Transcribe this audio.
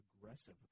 aggressive